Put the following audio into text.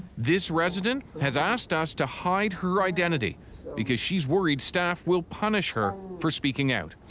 this resident has asked us to hide her identity because she's worried staff will punish her for speaking out.